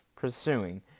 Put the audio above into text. pursuing